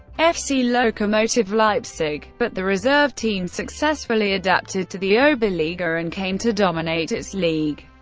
fc lokomotive leipzig, but the reserve team successfully adapted to the oberliga and came to dominate its league.